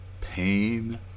pain